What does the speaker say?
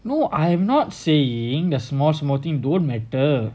no I am not saying the small smoking don't matter